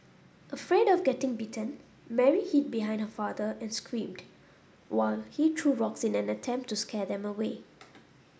afraid of getting bitten Mary hid behind her father and screamed while he threw rocks in an attempt to scare them away